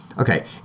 okay